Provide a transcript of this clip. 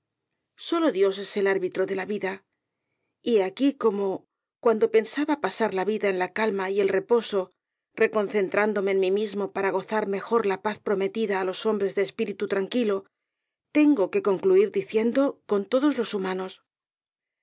sólo dios es el arbitro de la vida y he aquí cómo cuando pensaba pasar la vida en la calma y el reposo reconcentrándome en mí mismo para gozar mejor la paz prometida á los hombres de espíritu tranquilo tengo que concluir diciendo con todos los humanos